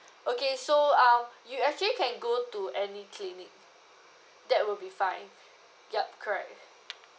okay so um you actually can go to any clinic that will be fine yup correct